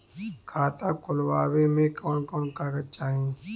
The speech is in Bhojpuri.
खाता खोलवावे में कवन कवन कागज चाही?